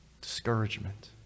Discouragement